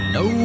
no